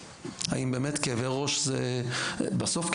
בסוף,